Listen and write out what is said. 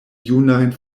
junajn